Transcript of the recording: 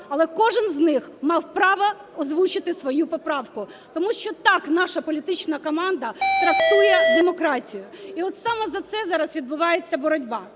але кожен з них мав право озвучити свою поправку. Тому що так наша політична команда трактує демократію. І от саме за це зараз відбувається боротьба.